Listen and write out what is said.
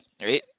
right